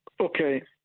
Okay